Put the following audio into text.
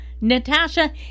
Natasha